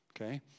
Okay